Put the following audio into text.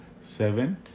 seven